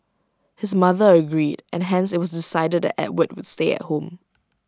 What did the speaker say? his mother agreed and hence IT was decided that Edward would stay at home